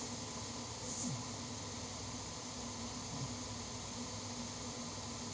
mm mm